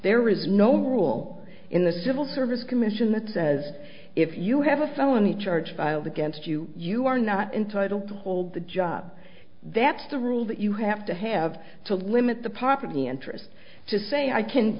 there is no rule in the civil service commission that says if you have a felony charge filed against you you are not entitled to hold the job that's the rule that you have to have to limit the property interest to say i can